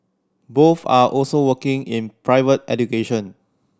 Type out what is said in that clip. both are also working in private education